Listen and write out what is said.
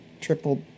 triple